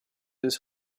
his